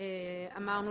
אמרנו